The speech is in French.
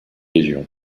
légions